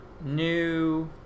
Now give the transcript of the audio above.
new